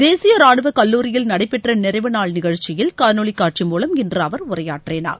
தேசிய ராணுவக் கல்லூரியில் நடைபெற்ற நிறைவுநாள் நிகழ்ச்சியில் காணொலி காட்சி மூலம் இன்று அவர் உரையாற்றினார்